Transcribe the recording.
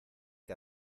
que